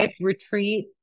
retreat